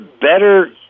better